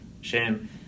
Shame